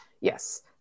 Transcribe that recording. Yes